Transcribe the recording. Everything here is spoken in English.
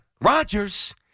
Rodgers